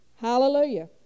Hallelujah